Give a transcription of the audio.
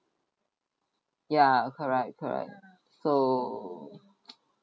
ya correct correct so